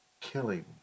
killing